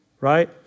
right